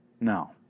No